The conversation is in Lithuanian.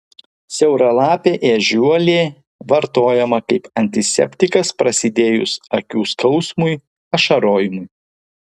siauralapė ežiuolė vartojama kaip antiseptikas prasidėjus akių skausmui ašarojimui